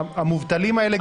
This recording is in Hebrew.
המובטלים האלה,